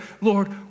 Lord